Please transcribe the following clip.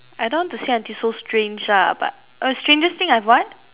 I don't want to say until so strange lah but uh strangest thing I've what